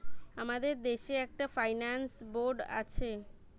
আমাদের দেশে একটা ফাইন্যান্স বোর্ড আছে